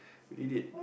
we did it